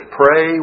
pray